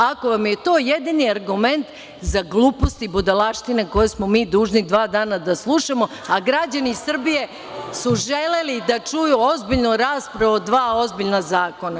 Ako vam je to jedini argument za gluposti i budalaštine koje smo mi dužni dva dana da slušamo a građani Srbije su želeli da čuju ozbiljnu raspravu o dva ozbiljna zakona.